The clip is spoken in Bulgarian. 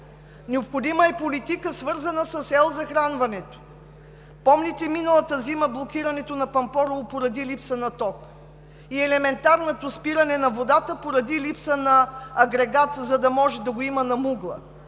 необходима е политика, свързана с ел. захранването. Помните, миналата зима, блокирането на Пампорово, поради липса на ток и елементарното спиране на водата, поради липса на агрегат на водохващането на Мугла.